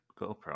GoPro